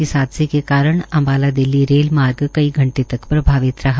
इस हादसे के कारण अम्बाला दिल्ली रेलमार्ग कई घंटे तक प्रभावित रहा